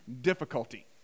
difficulty